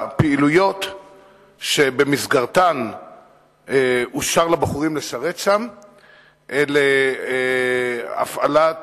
הפעילויות שבמסגרתן אושר לבחורים לשרת שם הן הפעלת